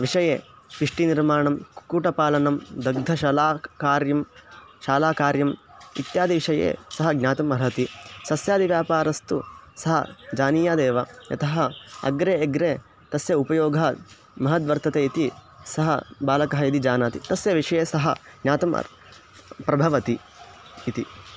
विषये पिष्टिनिर्माणं कुक्कुटपालनं दग्धशलाकार्यं शालाकार्यम् इत्यादिविषये सः ज्ञातुम् अर्हति सस्यादिव्यापारस्तु सः जानीयादेव यतः अग्रे अग्रे तस्य उपयोगः महद्वर्तते इति सः बालकः यदि जानाति तस्य विषये सः ज्ञातुम् प्रभवति इति